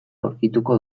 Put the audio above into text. aurkituko